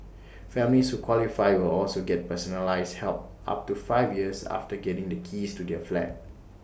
families who qualify will also get personalised help up to five years after getting the keys to their flat